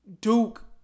Duke